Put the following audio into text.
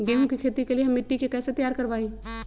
गेंहू की खेती के लिए हम मिट्टी के कैसे तैयार करवाई?